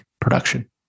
production